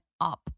up